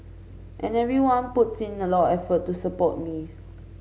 and everyone puts in a lot of effort to support me